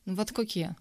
vat kokie